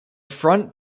front